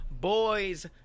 boys